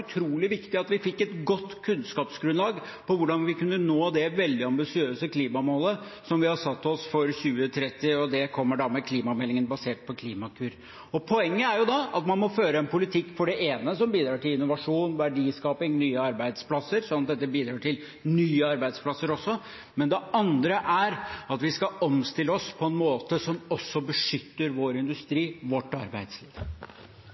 utrolig viktig at vi fikk et godt kunnskapsgrunnlag for hvordan vi kunne nå det veldig ambisiøse klimamålet som vi har satt oss for 2030. Det kommer da med klimameldingen, basert på Klimakur. Poenget er da at man for det ene må føre en politikk som bidrar til innovasjon, verdiskaping og nye arbeidsplasser, slik at dette bidrar til nye arbeidsplasser også. Det andre er at vi skal omstille oss på en måte som også beskytter vår